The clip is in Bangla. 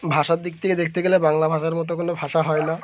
ভাষার দিক থেকে দেখতে গেলে বাংলা ভাষার মতো কোনো ভাষা হয় না